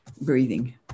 breathing